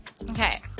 Okay